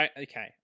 Okay